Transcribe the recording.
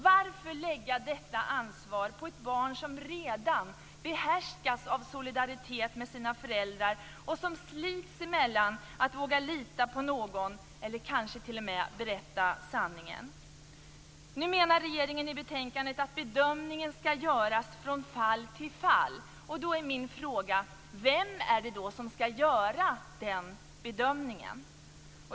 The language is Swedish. Varför lägga detta ansvar på ett barn som redan behärskas av solidaritet till sina föräldrar och som brottas med att våga lita på någon eller kanske t.o.m. berätta sanningen? Nu menar regeringen i betänkandet att bedömningen ska göras från fall till fall. Då är min fråga: Vem ska göra den bedömningen?